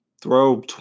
throw